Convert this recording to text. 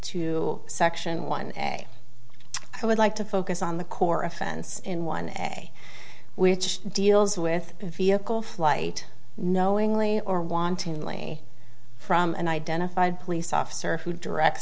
two section one a i would like to focus on the core offense in one way which deals with vehicle flight knowingly or wantonly from an identified police officer who direct